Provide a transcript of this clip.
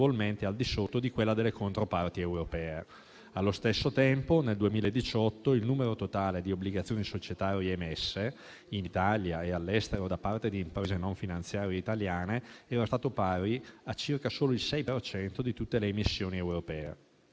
Allo stesso tempo, nel 2018, il numero totale di obbligazioni societarie emesse in Italia e all'estero da parte di imprese non finanziarie italiane era stato pari a circa solo il 6 per cento di tutte le emissioni europee.